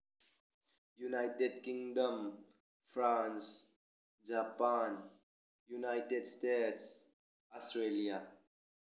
United Kingdom France Japan United States Australia